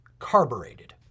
carbureted